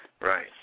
right